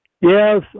Yes